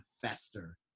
fester